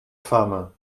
femmes